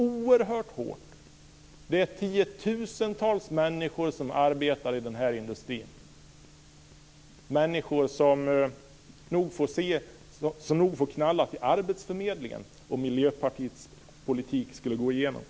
Det är tiotusentals människor som arbetar i den här industrin, människor som nog får knalla till arbetsförmedlingen om Miljöpartiets politik skulle bli genomförd.